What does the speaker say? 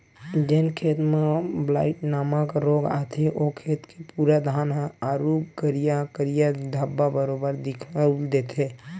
जेन खेत म ब्लाईट नामक रोग आथे ओ खेत के पूरा धान ह आरुग करिया करिया धब्बा बरोबर दिखउल देथे